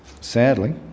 Sadly